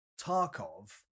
Tarkov